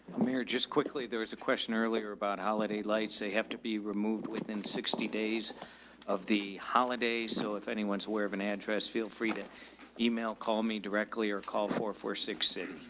amir, just quickly, there was a question earlier about holiday lights. they have to be removed within sixty days of the holidays. so if anyone's aware of an address, feel free to email. call me directly or call four four six city.